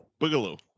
Boogaloo